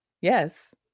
Yes